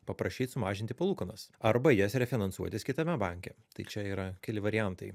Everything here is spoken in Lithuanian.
paprašyt sumažinti palūkanas arba jas refinansuotis kitame banke tai čia yra keli variantai